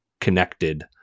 connected